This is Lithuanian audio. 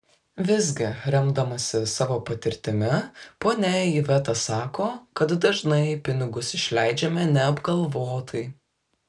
visgi remdamasi savo patirtimi ponia iveta sako kad dažnai pinigus išleidžiame neapgalvotai